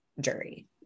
jury